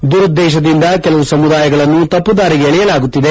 ದುರುದ್ದೇಶದಿಂದ ಕೆಲವು ಸಮುದಾಯಗಳನ್ನು ತಪ್ಪುದಾರಿಗೆ ಎಳೆಯಲಾಗುತ್ತಿದೆ